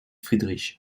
friedrich